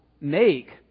make